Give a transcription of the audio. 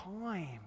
time